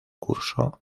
curso